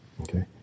okay